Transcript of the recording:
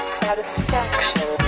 satisfaction